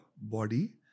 body